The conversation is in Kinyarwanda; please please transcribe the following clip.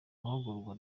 mahugurwa